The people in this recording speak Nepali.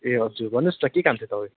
ए हजुर भन्नुहोस् न के काम थियो तपाईँको